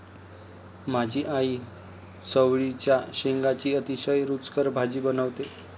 माझी आई चवळीच्या शेंगांची अतिशय रुचकर भाजी बनवते